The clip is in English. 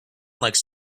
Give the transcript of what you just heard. likes